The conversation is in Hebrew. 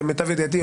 למיטב ידיעתי,